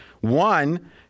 one